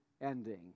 ending